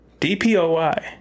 DPOI